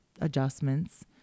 adjustments